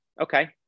Okay